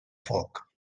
foc